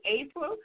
April